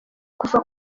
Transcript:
kuva